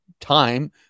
time